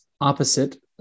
opposite